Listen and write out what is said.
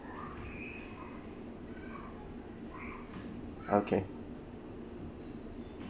okay